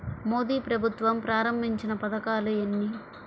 మోదీ ప్రభుత్వం ప్రారంభించిన పథకాలు ఎన్ని?